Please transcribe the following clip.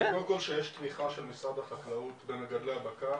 יש תמיכה של משרד החקלאות במגדלי הבקר,